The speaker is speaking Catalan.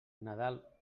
nadal